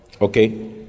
okay